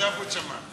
עכשיו הוא שמע.